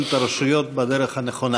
אני מתכבד להזמין את סגן שר הפנים משולם